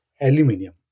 aluminium